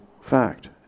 fact